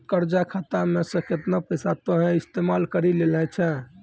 कर्जा खाता मे से केतना पैसा तोहें इस्तेमाल करि लेलें छैं